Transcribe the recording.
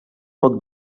poc